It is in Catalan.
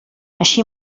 així